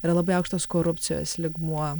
yra labai aukštas korupcijos lygmuo